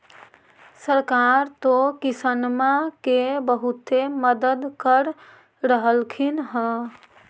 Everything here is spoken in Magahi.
सरकार तो किसानमा के बहुते मदद कर रहल्खिन ह?